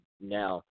now